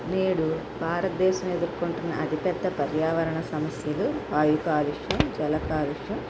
నేడు భారతదేశంలో ఎదుర్కొంటున్న అతిపెద్ద పర్యావరణ సమస్యలు వాయు కాలుష్యం జల కాలుష్యం